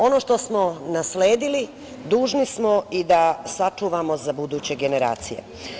Ono što smo nasledili dužni smo i da sačuvamo za buduće generacije.